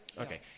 Okay